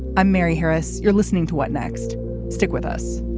i'm mary harris. you're listening to what next stick with us